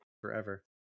forever